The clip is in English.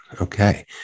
Okay